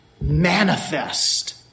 manifest